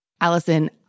Allison